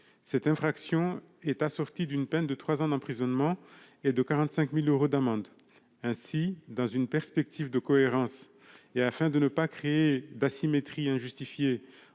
cette infraction est assortie d'une peine de 3 ans d'emprisonnement et de 45000 euros d'amende ainsi dans une perspective de cohérence et afin de ne pas créer d'asymétrie entre